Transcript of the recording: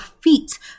feet